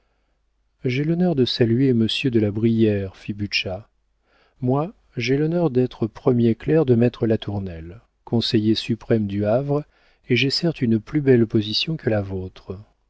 j'ai l'honneur de saluer monsieur de la brière fit butscha moi j'ai l'honneur d'être premier clerc de maître latournelle conseiller suprême du havre et j'ai certes une plus belle position que la vôtre